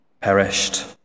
perished